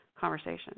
conversation